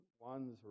ones